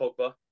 Pogba